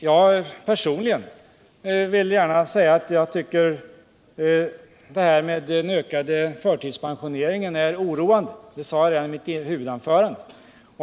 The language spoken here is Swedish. Jag personligen tycker att den ökade förtidspensioneringen är oroande; det sade jag redan i mitt huvudanförande.